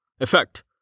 Effect